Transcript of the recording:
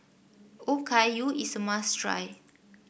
okayu is a must try